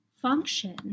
function